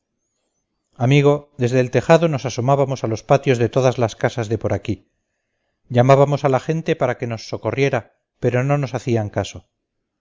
amigo desde el tejado nos asomábamos a los patios de todas las casas de por aquí llamábamos a la gente para que nos socorriera pero no nos hacían caso